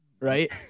right